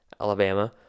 Alabama